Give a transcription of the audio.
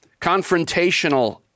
confrontational